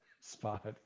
spot